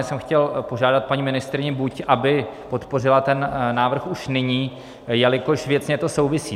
Každopádně jsem chtěl požádat paní ministryni, buď aby podpořila ten návrh už nyní, jelikož věcně to souvisí.